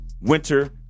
winter